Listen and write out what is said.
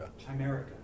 Chimerica